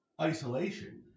isolation